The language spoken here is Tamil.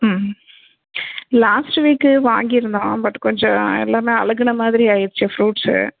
ம் லாஸ்ட்டு வீக் வாங்கியிருந்தோம் பட் கொஞ்சம் எல்லாமே அழுகின மாதிரி ஆயிடுச்சு ஃப்ரூட்ஸ்ஸு